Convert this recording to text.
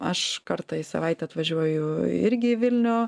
aš kartą į savaitę atvažiuoju irgi į vilnių